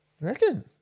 reckon